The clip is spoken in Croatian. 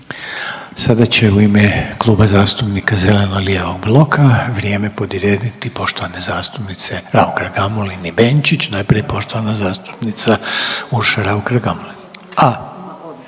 Sada će u ime Kluba zastupnika zeleno-lijevog bloka vrijeme podijeliti poštovane zastupnice RAukar Gamulin i Benčić, najprije poštovana zastupnica Urša Raukar Gamulin, a